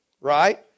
right